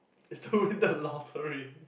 is to win the lottery